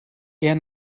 eher